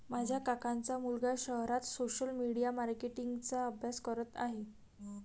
माझ्या काकांचा मुलगा शहरात सोशल मीडिया मार्केटिंग चा अभ्यास करत आहे